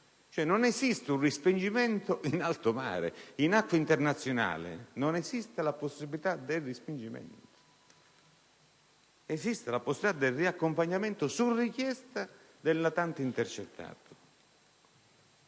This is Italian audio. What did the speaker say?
Non esiste cioè un respingimento in alto mare; in acque internazionali non esiste la possibilità del respingimento: esiste la possibilità del riaccompagnamento, su richiesta del natante intercettato.